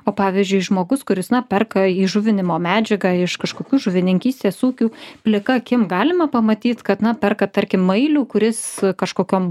o pavyzdžiui žmogus kuris na perka įžuvinimo medžiagą iš kažkokių žuvininkystės ūkių plika akim galima pamatyt kad na perka tarkim mailių kuris kažkokiom